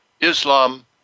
Islam